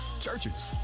Churches